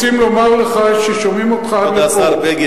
רוצים לומר לך ששומעים אותך עד לפה,